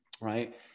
right